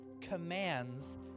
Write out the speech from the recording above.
commands